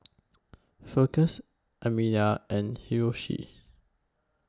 Festus Amelia and Hiroshi